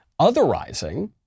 otherizing